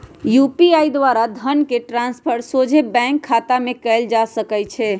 UPI द्वारा धन के ट्रांसफर सोझे बैंक खतामें कयल जा सकइ छै